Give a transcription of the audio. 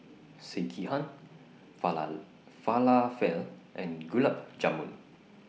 Sekihan Falafel and Gulab Jamun